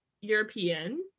European